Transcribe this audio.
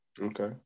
Okay